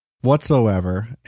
whatsoever